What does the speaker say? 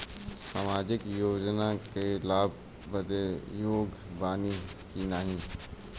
सामाजिक योजना क लाभ बदे योग्य बानी की नाही?